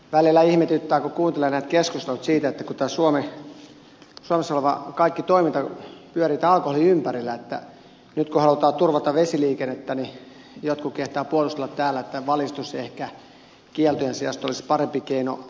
välillä ihmetyttää kun kuuntelee näitä keskusteluja kun suomessa kaikki toiminta pyöriin tämän alkoholin ympärillä että nyt kun halutaan turvata vesiliikennettä niin jotkut kehtaavat puolustella täällä että valistus ehkä kieltojen sijasta olisi parempi keino